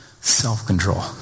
self-control